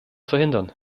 verhindern